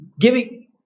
giving